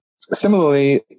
similarly